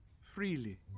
freely